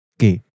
okay